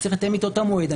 אני צריך לתאם איתו את המועד,